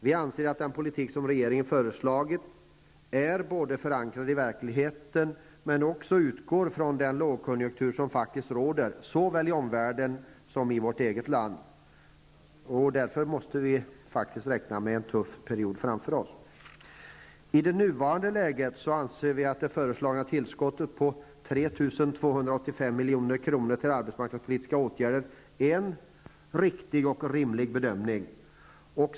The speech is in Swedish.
Vi anser att den politik som regeringen har föreslagit är en politik som är förankrad i verkligheten men också utgår från den lågkonjunktur som faktiskt råder såväl i omvärlden som i vårt eget land. Därför måste vi faktiskt räkna med en tuff period framför oss. I det nuvarande läget anser vi att det föreslagna tillskottet på 3 285 milj.kr. till arbetsmarknadspolitiska åtgärder är en riktig och rimlig bedömning.